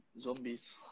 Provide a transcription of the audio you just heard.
zombies